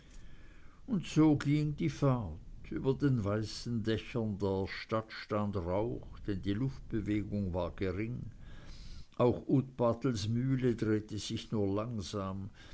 und so ging die fahrt über den weißen dächern der stadt stand der rauch denn die luftbewegung war gering auch utpatels mühle drehte sich nur langsam